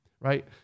Right